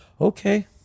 okay